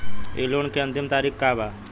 इ लोन के अन्तिम तारीख का बा?